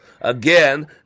Again